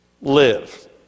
live